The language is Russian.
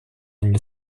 они